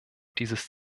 dieses